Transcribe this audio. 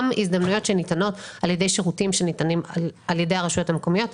הזדמנויות שניתנות על ידי שירותים שניתנים על ידי הרשויות המקומיות.